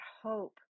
hope